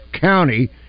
County